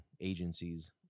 agencies